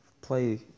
play